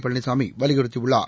பழனிசாமி வலியுறுத்தியுள்ளார்